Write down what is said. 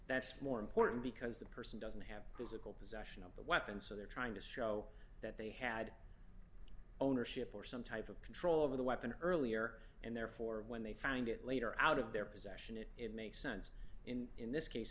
that's more important because the person doesn't have physical possession of the weapon so they're trying to show that they had ownership or some type of control over the weapon earlier and therefore when they find it later out of their possession it it makes sense in this case